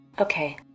Okay